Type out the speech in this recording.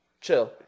Chill